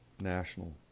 national